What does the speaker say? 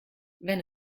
wenn